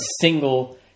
single